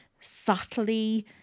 subtly